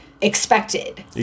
expected